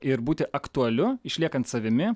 ir būti aktualiu išliekant savimi